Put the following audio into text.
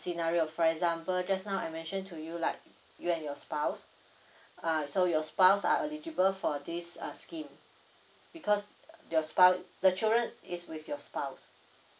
scenario for example just now I mention to you like you and your spouse uh so your spouse are eligible for this uh scheme because your spouse the children is with your spouse